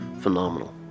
phenomenal